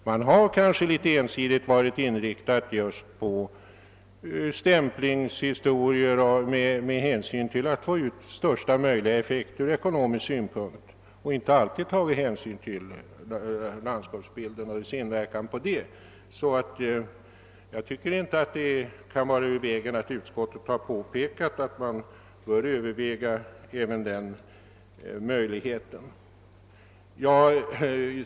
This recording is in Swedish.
Man har kanske litet ensidigt varit inriktad på sådana arbetsuppgifter, som gällt att få ut största möjliga effekt ur ekonomisk synpunkt, och man har kanske inte alltid tagit hänsyn till de förändringar i landskapsbilden, som blivit ett resultat av de företagna åtgärderna. Jag tycker att det inte kan vara ur vägen när utskottet påpekar, att man bör observera även åtgärdernas inverkan på landskapet.